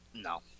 no